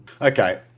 Okay